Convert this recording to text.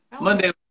Monday